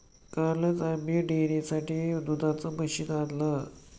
कालच आम्ही डेअरीसाठी दुधाचं मशीन आणलं